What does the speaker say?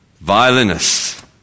violinists